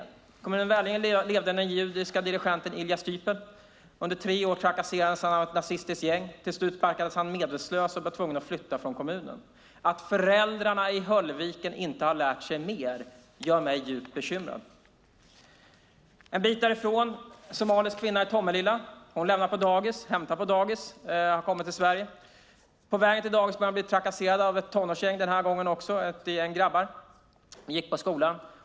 I kommunen Vellinge levde den judiska dirigenten Ilya Stupel. Under tre år trakasserades han av ett nazistiskt gäng. Till slut bankades han medvetslös och var tvungen att flytta från kommunen. Att föräldrarna i Höllviken inte har lärt sig mer gör mig djupt bekymrad. En bit därifrån, i Tomelilla, bor en somalisk kvinna. Hon lämnar och hämtar barn på dagis. På vägen till dagis börjar hon bli trakasserad av ett tonårsgäng. Den här gången är det också ett gäng grabbar som går på en skola där.